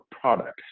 product